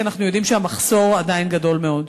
כי אנחנו יודעים שהמחסור עדיין גדול מאוד.